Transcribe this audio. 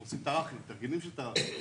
אנחנו עושים תרגילים של ---.